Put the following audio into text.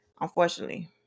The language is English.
Unfortunately